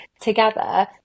together